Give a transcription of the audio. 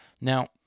now